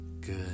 Good